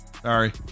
Sorry